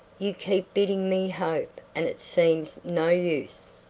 you keep bidding me hope, and it seems no use.